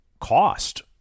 cost